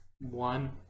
one